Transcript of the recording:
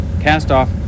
cast-off